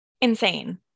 insane